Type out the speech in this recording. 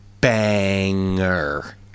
Banger